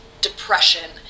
depression